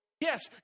Yes